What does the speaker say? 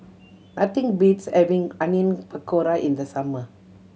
nothing beats having Onion Pakora in the summer